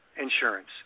insurance